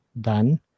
done